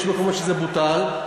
יש מקומות שזה בוטל,